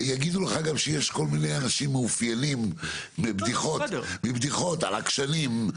יגידו לך גם שיש כל מיני אנשים מאופיינים בבדיחות על עקשנים,